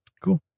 Cool